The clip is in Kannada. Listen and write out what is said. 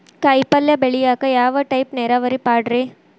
ಕಾಯಿಪಲ್ಯ ಬೆಳಿಯಾಕ ಯಾವ ಟೈಪ್ ನೇರಾವರಿ ಪಾಡ್ರೇ?